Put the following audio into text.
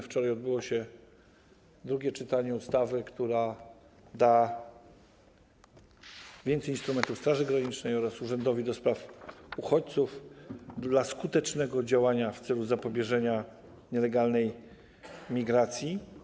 Wczoraj odbyło się drugie czytanie ustawy, która da więcej instrumentów Straży Granicznej oraz urzędowi do spraw uchodźców dla skutecznego działania w celu zapobieżenia nielegalnej migracji.